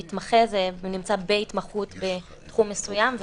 אבל סטז'ר זה שנה אחת ספציפית בעוד שמתמחה זה נמצא בהתמחות בתחום מסוים,